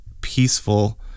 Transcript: peaceful